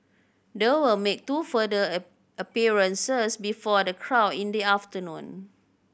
they will make two further a appearances before the crowd in the afternoon